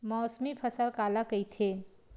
मौसमी फसल काला कइथे?